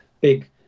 big